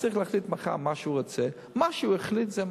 לא